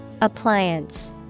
Appliance